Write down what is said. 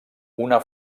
una